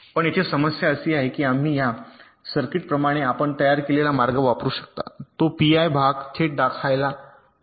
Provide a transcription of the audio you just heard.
पण येथे समस्या अशी आहे की आम्ही या सर्किटप्रमाणे आपण तयार केलेला मार्ग आपण करू शकता तो पीआय भाग थेट खायला द्या